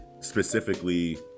specifically